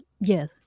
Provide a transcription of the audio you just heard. yes